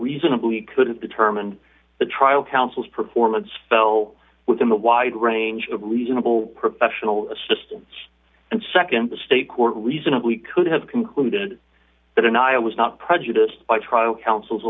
reasonably couldn't determine the trial counsel's performance fell within the wide range of reasonable professional assistance and nd the state court reasonably could have concluded that an aisle was not prejudiced by trial counsel's